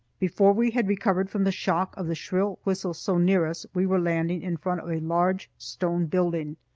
before we had recovered from the shock of the shrill whistle so near us, we were landing in front of a large stone building.